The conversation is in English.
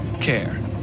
care